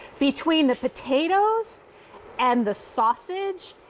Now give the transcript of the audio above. between the potatoes and the sausage,